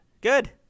Good